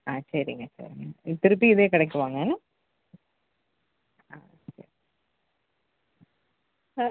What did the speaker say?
ஆ சரிங்க சரிங்க திரும்பியும் இதே கடைக்கு வாங்க என்ன ஆ ச